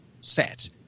set